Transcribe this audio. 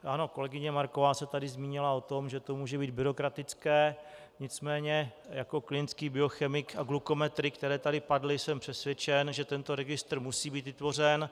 Ano, kolegyně Marková se tady zmínila o tom, že to může být byrokratické, nicméně jako klinický biochemik, a glukometry, které tady padly, jsem přesvědčen, že tento registr musí být vytvořen.